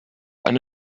eine